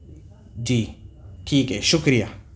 جی ٹھیک ہے شکریہ